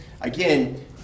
again